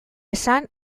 esan